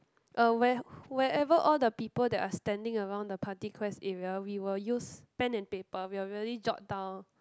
uh where wherever all the people that are standing around the party quest area we will use pen and paper we will really jot down